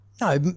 No